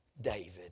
David